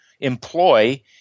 employ